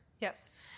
Yes